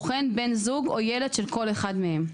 וכן בן זוג או ילד של כל אחד מהם.